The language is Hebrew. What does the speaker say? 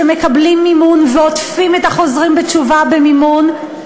שמקבלים מימון ועוטפים את החוזרים בתשובה במימון,